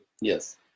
Yes